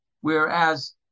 Whereas